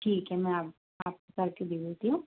ठीक हैं मैं आप आप करके दे देती हूँ